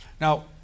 Now